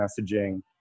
messaging